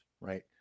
Right